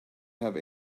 have